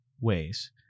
ways